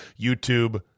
YouTube